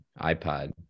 iPod